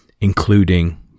including